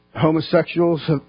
homosexuals